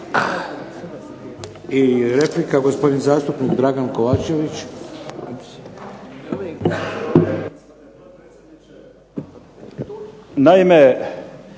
I replika, gospodin zastupnik Dragan Kovačević.